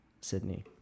Sydney